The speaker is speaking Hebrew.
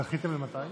דחיתם למתי?